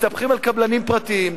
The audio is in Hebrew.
מסתמכים על קבלנים פרטיים,